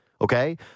okay